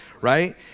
right